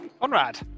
Conrad